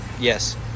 Yes